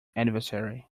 anniversary